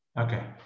okay